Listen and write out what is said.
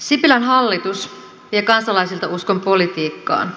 sipilän hallitus vie kansalaisilta uskon politiikkaan